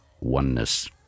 oneness